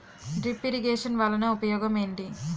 drip irrigation వలన ఉపయోగం ఏంటి